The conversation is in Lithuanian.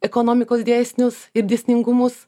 ekonomikos dėsnius ir dėsningumus